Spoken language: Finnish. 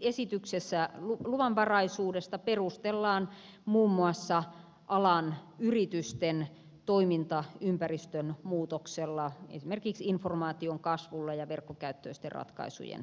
esityksessä luvanvaraisuutta perustellaan muun muassa alan yritysten toimintaympäristön muutoksella esimerkiksi informaation kasvulla ja verkkokäyttöisten ratkaisujen